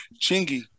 Chingy